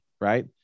right